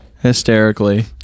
hysterically